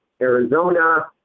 Arizona